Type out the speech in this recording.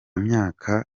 myaka